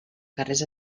carrers